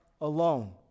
alone